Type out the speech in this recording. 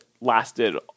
lasted